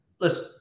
Listen